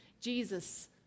Jesus